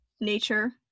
nature